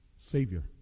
Savior